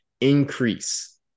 increase